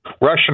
Russian